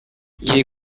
njyiye